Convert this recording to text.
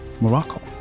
Morocco